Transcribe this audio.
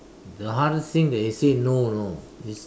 the hardest thing that you say no you know it's